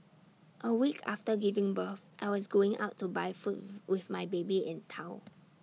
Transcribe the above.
A week after giving birth I was going out to buy with my baby in tow